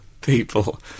people